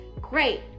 great